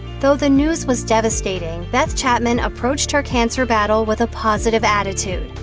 though the news was devastating, beth chapman approached her cancer battle with a positive attitude.